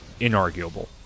inarguable